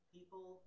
People